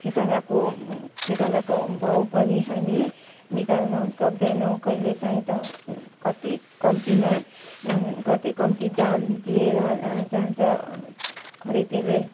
खेतालाको खेतालाको भाउ पनि हामी निकाल्न सक्दैनौँ कहिलेकाहीँ त कति कम्तीमा कति कम्ती दाम दिएर जान्छ खरिदेले